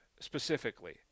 specifically